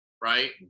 right